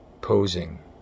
posing